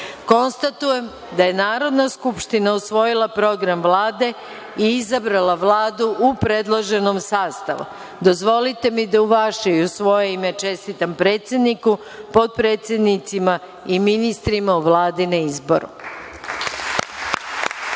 konstatujem da je Narodna skupština usvojila Program Vlade i izabrala Vladu u predloženom sastavu. Dozvolite mi da u vaše i u svoje ime čestitam predsedniku, potpredsednicima i ministrima u Vladi na